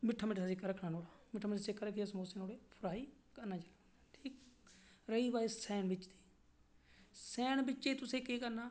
मिट्ठा मिट्ठा सेका रक्खना नुआढ़ा मिट्टा मिट्टा सेका रक्खियै समोसे नुआढ़े च फ्राई करने ठीक ऐ फ्ही बारी सेंड बिच दी सेंड बिच गी तुसें केह् करना